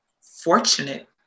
fortunate